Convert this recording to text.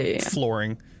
flooring